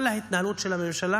כל ההתנהלות של הממשלה